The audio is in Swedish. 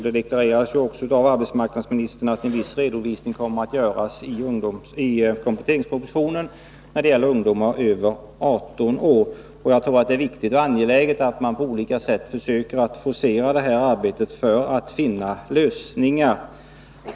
Arbetsmarknadsministern deklarerade också att en viss redovisning kommer att ges i kompletteringspropositionen beträffande ungdomar över 18 år. Det är angeläget att man på olika sätt försöker forcera detta arbete för att finna lösningar.